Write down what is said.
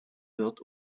wird